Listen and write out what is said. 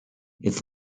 its